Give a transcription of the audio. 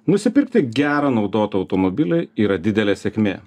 nusipirkti gerą naudotą automobilį yra didelė sėkmė